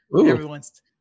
Everyone's